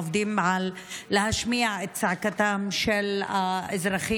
עובדים על להשמיע את צעקתם של האזרחים